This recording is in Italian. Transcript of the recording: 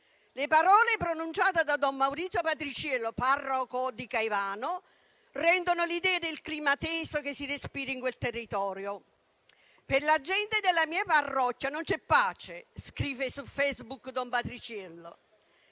Le parole pronunciate da don Maurizio Patriciello, parroco di Caivano, rendono l'idea del clima teso che si respira in quel territorio: «Per la gente della mia parrocchia non c'è pace», scrive su Facebook. «In sella